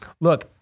look